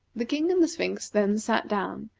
the king and the sphinx then sat down,